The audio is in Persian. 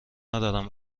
ندارم